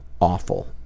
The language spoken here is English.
Awful